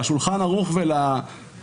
לשולחן ערוך ולרמ"א,